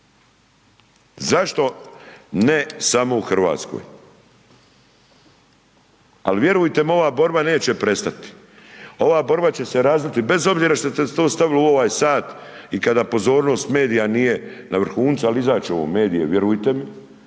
Zašto ne samo u Hrvatskoj? Ali, vjerujte mi, ova borba neće prestati. Ova borba će se razviti bez obzira što ste to stavili u ovaj sat i kada pozornost medija nije na vrhuncu, ali izaći će ovo u medije, vjerujte mi,